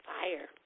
Fire